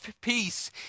peace